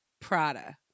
Prada